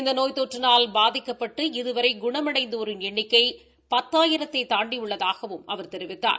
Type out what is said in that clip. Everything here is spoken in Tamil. இந்த நோய் தொற்றினால் பாதிக்கப்பட்டு இதுவரை குணமடைந்தோரின் எண்ணிக்கை பத்தாயிரத்தை தாண்டியுள்ளதாகவும் அவர் தெரிவித்தார்